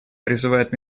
призывает